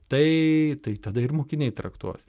tai tai tada ir mokiniai traktuos